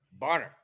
Barner